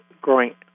growing